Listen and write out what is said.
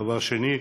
דבר שני,